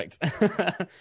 perfect